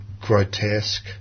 grotesque